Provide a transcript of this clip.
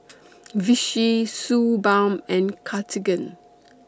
Vichy Suu Balm and Cartigain